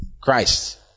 christ